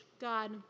God